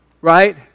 right